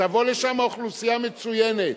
תבוא לשם אוכלוסייה מצוינת,